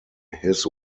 his